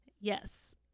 Yes